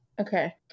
Okay